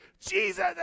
Jesus